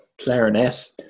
clarinet